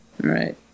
right